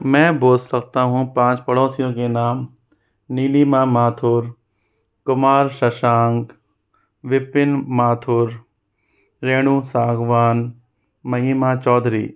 मैं बोल सकता हूँ पाँच पड़ोसियों के नाम नीलिमा माथुर कुमार शशांक विपिन माथुर रेणू सागवान महिमा चौधरी